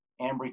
Ambry